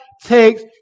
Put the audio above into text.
takes